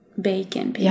bacon